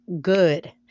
good